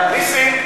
נסים,